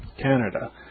Canada